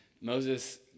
Moses